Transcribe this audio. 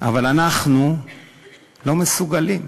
אבל אנחנו לא מסוגלים.